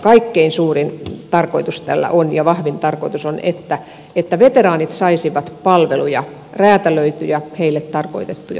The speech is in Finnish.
kaikkein suurin ja vahvin tarkoitus tällä on että veteraanit saisivat palveluja räätälöityjä heille tarkoitettuja palveluja